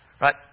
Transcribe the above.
Right